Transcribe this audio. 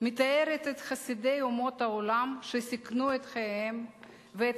מתארת את חסידי אומות העולם שסיכנו את חייהם ואת